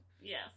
Yes